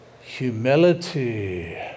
Humility